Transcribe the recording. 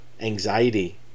anxiety